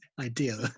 Ideal